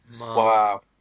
Wow